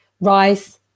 rice